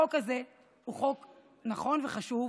החוק הזה הוא חוק נכון וחשוב,